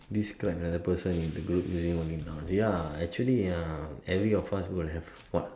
describe another person in the group using only nouns ya actually ya every of us will have a fan